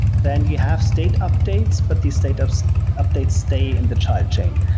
then you have state updates, but the state updates updates stay in the child chain.